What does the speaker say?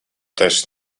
też